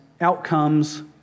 outcomes